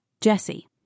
Jesse